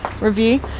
review